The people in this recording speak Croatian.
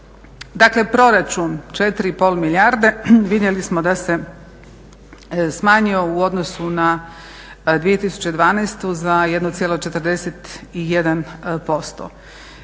Dakle, proračun 4 i pol milijarde vidjeli smo da se smanjio u odnosu na 2012. za 1,41%.